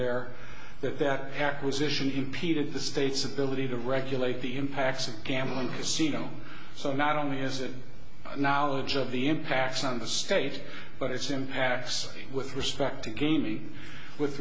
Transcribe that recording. there that that acquisition impeded the state's ability to regulate the impacts of gambling casino so not only is it knowledge of the impacts on the state but its impacts with respect to gaining with